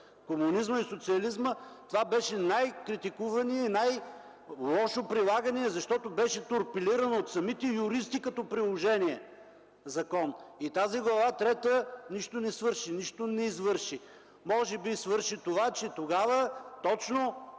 комунизма и социализма това беше най-критикуваният и най-лошо прилаганият закон, защото беше торпилиран от самите юристи като приложение. Тази Глава трета нищо не свърши, нищо не извърши. Може би свърши това, че тогава точно